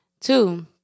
Two